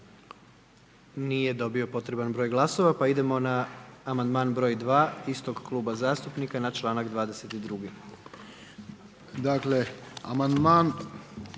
nije dobio potreban broj glasova. Idemo na amandman broj 2 istog zastupnika. **Jakop, Zdravko** Amandman